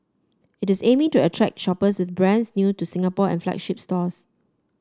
it is aiming to attract shoppers with brands new to Singapore and flagship stores